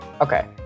Okay